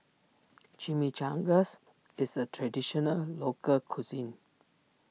Chimichangas is a Traditional Local Cuisine